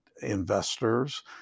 investors